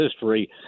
history